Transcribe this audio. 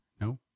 No